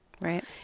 Right